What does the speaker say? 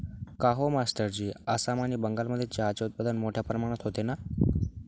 काहो मास्टरजी आसाम आणि बंगालमध्ये चहाचे उत्पादन मोठया प्रमाणात होते ना